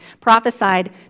prophesied